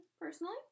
personally